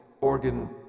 organ